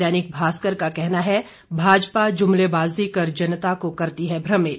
दैनिक भास्कर का कहना है भाजपा जुमलेबाजी कर जनता को करती है भ्रमित